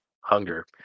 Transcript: hunger